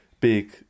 big